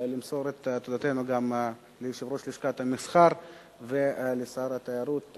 ולמסור את תודתנו גם ליושב-ראש לשכת המסחר ולשר התיירות,